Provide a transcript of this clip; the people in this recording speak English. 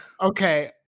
Okay